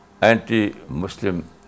anti-Muslim